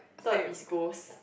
third is ghost